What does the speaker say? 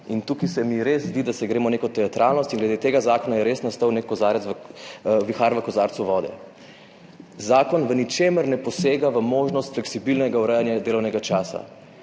In tukaj se mi res zdi, da se gremo neko teatralnost in glede tega zakona je res nastal nek vihar v kozarcu vode. Zakon v ničemer ne posega v možnost fleksibilnega urejanja delovnega časa.